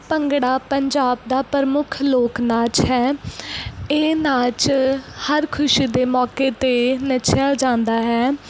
ਭੰਗੜਾ ਪੰਜਾਬ ਦਾ ਪ੍ਰਮੁੱਖ ਲੋਕ ਨਾਚ ਹੈ ਇਹ ਨਾਚ ਹਰ ਖੁਸ਼ੀ ਦੇ ਮੌਕੇ 'ਤੇ ਨੱਚਿਆ ਜਾਂਦਾ ਹੈ